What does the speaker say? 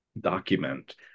document